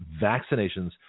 vaccinations